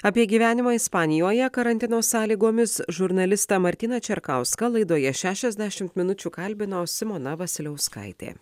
apie gyvenimą ispanijoje karantino sąlygomis žurnalistą martyną čerkauską laidoje šešiasdešimt minučių kalbino simona vasiliauskaitė